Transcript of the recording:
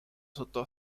sotto